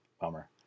Bummer